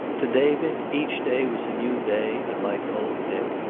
to david each day was a new day, and might hold dick.